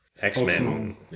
X-Men